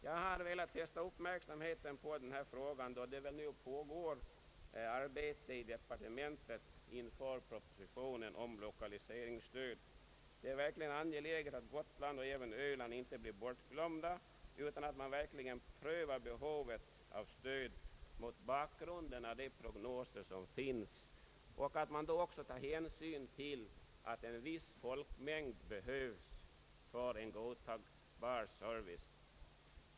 Jag har velat fästa uppmärksamheten på denna fråga, då det nu pågår arbete i departementet inför propositionen om lokaliseringsstöd. Det är verkligen angeläget att Gotland och även Öland inte blir bortglömda utan att man prövar behovet av stöd mot bakgrund av de prognoser som finns och att man då också tar hänsyn till att en viss folkmängd behövs för en godtagbar service.